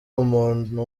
umuntu